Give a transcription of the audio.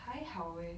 还好 eh